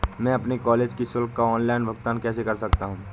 मैं अपने कॉलेज की शुल्क का ऑनलाइन भुगतान कैसे कर सकता हूँ?